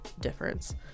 difference